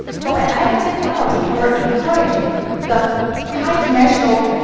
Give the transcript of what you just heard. so, by adding this penalty, we're encouraging the high-dimensional,